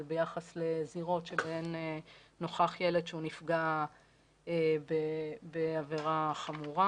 ביחס לזירות שבהן נוכח ילד שהוא נפגע בעבירה חמורה,